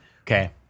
okay